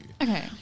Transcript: Okay